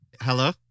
Hello